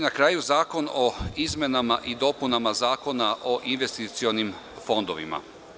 Na kraju Zakon o izmenama i dopunama Zakona o investicionim fondovima.